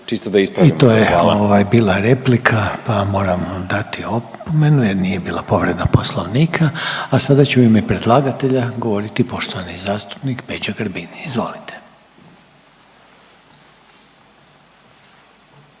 I to je bila replika, pa moram vam dati opomenu, jer nije bila povreda Poslovnika, a sada će u ime predlagatelja govoriti poštovani zastupnik Peđa Grbin. Izvolite.